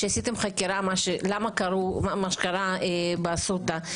ועשיתם חקירה על מה שקרה באסותא.